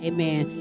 Amen